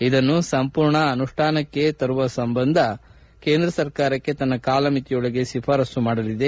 ಇದನ್ನು ಸಂಪೂರ್ಣ ಅನುಷ್ಠಾನಕ್ಕೆ ತರುವ ಸಂಬಂಧ ಕೇಂದ್ರ ಸರ್ಕಾರಕ್ಕೆ ತನ್ನ ಕಾಲಮಿತಿಯೊಳಗೆ ಶಿಫಾರಸ್ಲು ಮಾಡಲಿದೆ